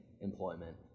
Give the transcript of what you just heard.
employment